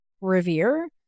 revere